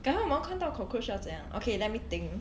改后我们看到 cockroach 要怎样 okay let me think